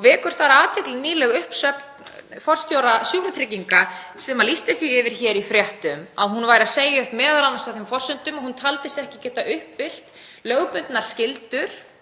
og vekur þar athygli nýleg uppsögn forstjóra Sjúkratrygginga sem lýsti því yfir í fréttum að hún væri að segja upp á þeim forsendum að hún taldi sig ekki geta uppfyllt lögbundnar skyldur